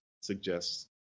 suggests